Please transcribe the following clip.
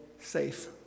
safe